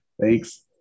Thanks